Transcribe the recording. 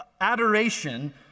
adoration